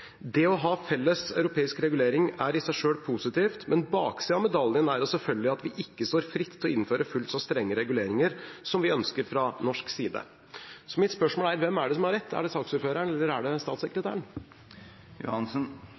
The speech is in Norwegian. «Det å ha felles europeisk regulering er i seg selv positivt, men baksiden av medaljen er selvfølgelig at vi ikke står fritt til å innføre fullt så strenge reguleringer som vi ønsker fra norsk side.» Mitt spørsmål er: Hvem er det som har rett? Er det saksordføreren, eller er det statssekretæren?